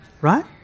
right